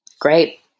Great